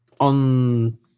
on